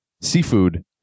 seafood